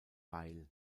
beil